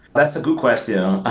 that's a good question. ah